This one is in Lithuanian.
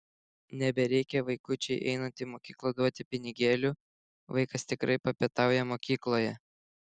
nebereikia vaikučiui einant į mokyklą duoti pinigėlių vaikas tikrai papietauja mokykloje